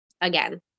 again